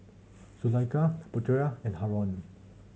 Zulaikha Putera and Haron